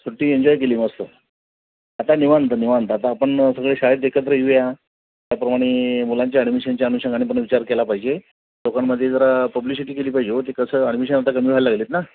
सुट्टी एन्जॉय केली मस्त आता निवांत निवांत आता आपण सगळे शाळेत एकत्र येऊ या त्याप्रमाणे मुलांच्या ॲडमिशनच्या अनुषंगाने पण विचार केला पाहिजे लोकांमध्ये जरा पब्लिशिटी केली पाहिजे हो ती कसं ॲडमिशन आता कमी व्हायला लागलेत ना